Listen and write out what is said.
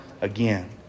again